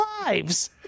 lives